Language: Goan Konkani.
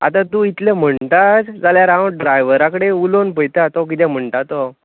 आतां तूं इतलें म्हणटाच जाल्यार हांव ड्रायवरा कडेन उलोवन पळयतां तो कितें म्हणटा तो